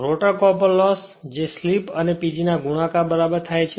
rotor copper loss જે slip અને PG ના ગુણાકાર બરાબર થાય છે